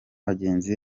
bagenzi